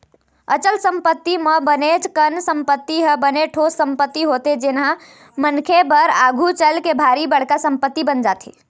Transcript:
अचल संपत्ति म बनेच कन संपत्ति ह बने ठोस संपत्ति होथे जेनहा मनखे बर आघु चलके भारी बड़का संपत्ति बन जाथे